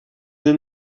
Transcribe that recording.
yna